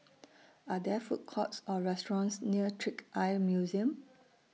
Are There Food Courts Or restaurants near Trick Eye Museum